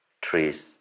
trees